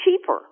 cheaper